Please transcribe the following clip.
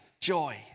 joy